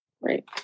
Right